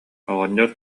оҕонньор